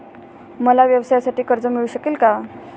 मला व्यवसायासाठी कर्ज मिळू शकेल का?